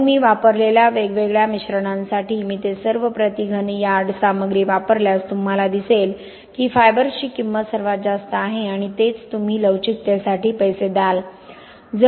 म्हणून मी वापरलेल्या वेगवेगळ्या मिश्रणांसाठी मी ते सर्व प्रति घन यार्ड सामग्री वापरल्यास तुम्हाला दिसेल की फायबर्संची किंमत सर्वात जास्त आहे आणि तेच तुम्ही लवचिकतेसाठी पैसे द्याल